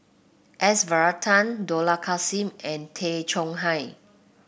S Varathan Dollah Kassim and Tay Chong Hai